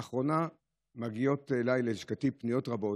לאחרונה מגיעות ללשכתי פניות רבות,